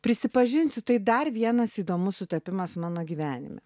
prisipažinsiu tai dar vienas įdomus sutapimas mano gyvenime